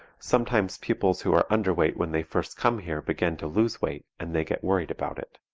sometimes pupils who are underweight when they first come here begin to lose weight, and they get worried about it.